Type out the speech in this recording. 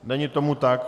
Není tomu tak.